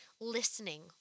listening